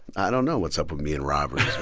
i don't know what's up with me and robberies,